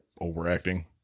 overacting